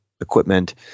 equipment